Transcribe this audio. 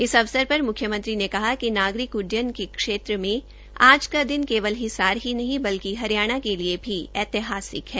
इस अवसर पर मुख्यमंत्री ने कहा कि नागरिक उड्डयन के क्षेत्र में आज का दिन केवल हिसार ही नहीं बल्कि हरियाणा के लिए भी ऐतिहासिक है